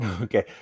Okay